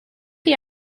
chi